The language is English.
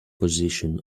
position